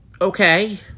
Okay